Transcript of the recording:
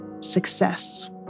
success